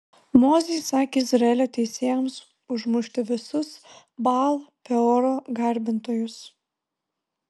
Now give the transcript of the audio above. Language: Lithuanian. mozė įsakė izraelio teisėjams užmušti visus baal peoro garbintojus